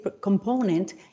component